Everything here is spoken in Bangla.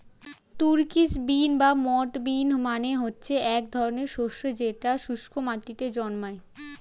তুর্কিশ বিন বা মথ বিন মানে হচ্ছে এক ধরনের শস্য যেটা শুস্ক মাটিতে জন্মায়